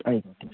ଆଜ୍ଞା